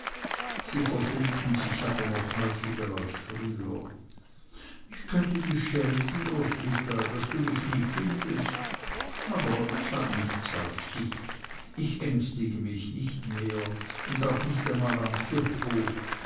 sie verfehlten sich aber noch häufiger als früher ich könnte dich schelten roswitha daß du mich nie findest aber es hat nichts auf sich ich ängstige mich nicht mehr auch nicht einmal am kirchhof